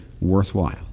worthwhile